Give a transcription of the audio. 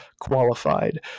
qualified